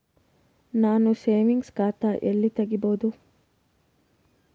ನಾನು ಸೇವಿಂಗ್ಸ್ ಖಾತಾ ಎಲ್ಲಿ ತಗಿಬೋದು?